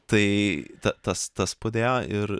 tai tas tas padėjo ir